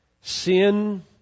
sin